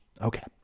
Okay